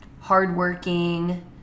hardworking